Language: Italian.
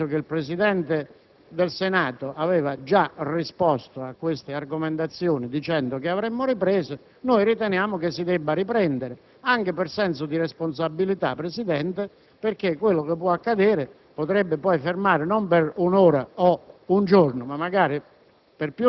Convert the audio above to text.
atteso che il Presidente del Senato aveva già risposto a queste argomentazioni dicendo che avremmo ripreso, riteniamo che si debba proseguire nei nostri lavori, anche per senso di responsabilità, Presidente, perché quello che può accadere potrebbe poi fermare non per un'ora o un giorno, ma magari